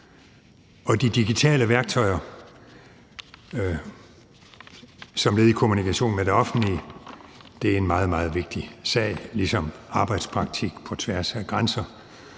De digitale værktøjer som led i kommunikationen med det offentlige er en meget, meget vigtig sag ligesom arbejdspraktik på tværs af grænser,